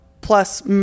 plus